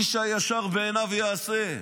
איש הישר בעיניו יעשה.